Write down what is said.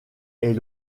est